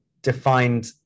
defined